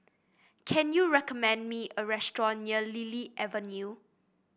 can you recommend me a restaurant near Lily Avenue